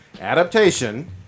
adaptation